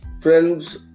friends